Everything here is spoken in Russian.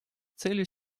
целью